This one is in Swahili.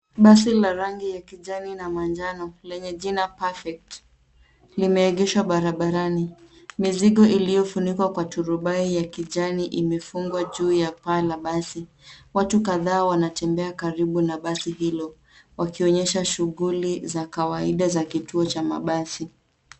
Basi la rangi ya kijani na manjano lenye jina, perfect, limeegeshwa barabarani. Mizigo iliyofunikwa kwa turubai ya kijani imefungwa juu ya paa la basi. Watu kadhaa wanatembea karibu na basi hilo wakionyesha shughuli za kawaida za kituo cha mabasi.